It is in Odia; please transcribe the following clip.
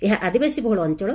ଏହା ଆଦିବାସୀ ବହ୍କଳ ଅଞ୍ ଳ